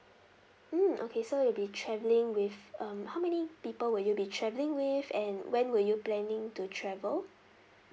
mm okay so you'll be traveling with um how many people will you be travelling with and when were you planning to travel